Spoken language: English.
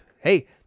Hey